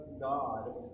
God